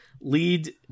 lead